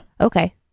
Okay